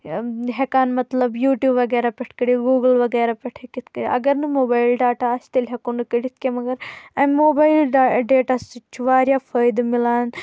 ہیکان مطلب یوٹوٗب وغیرہ پیٹھ کڑِتھ گوٗگٕل وغیرہ پیٹھ ہکِتھ کڑِتھ اگر نہ موبایل ڈاٹا اسہِ تیٚلہِ ہیکو نہٕ کڑِتھ کینٛہہ مگر امہِ موبایل ڈیٹا سۭتۍ چھُ واریاہ فٲیدٕ مِلان